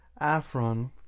Afron